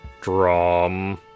Drum